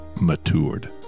Matured